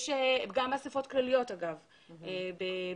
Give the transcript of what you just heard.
גם אספות כלליות בחברות.